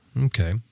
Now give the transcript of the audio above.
Okay